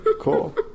cool